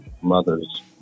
mother's